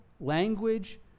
language